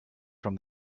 from